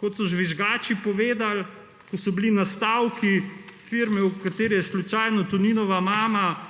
kot so žvižgači povedali, ko so bili nastavki firme, v kateri je slučajno Toninova mama,